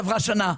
הרי עברה כבר שנה.